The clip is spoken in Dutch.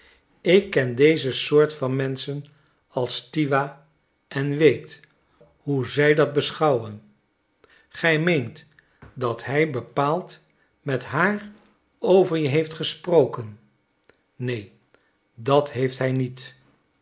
ik ken deze soort van menschen als stiwa en weet hoe zij dat beschouwen gij meent dat hij bepaald met haar over je heeft gesproken neen dat heeft hij niet